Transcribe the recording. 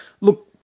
Look